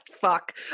Fuck